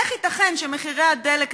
איך ייתכן שמחירי הדלק,